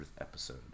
episode